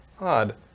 odd